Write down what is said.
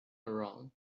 around